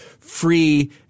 free